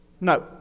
No